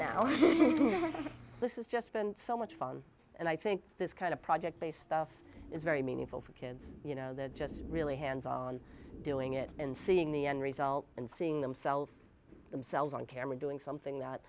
now this is just been so much fun and i think this kind of project based stuff is very meaningful for kids you know they're just really hands on doing it and seeing the end result and seeing themselves themselves on camera doing something that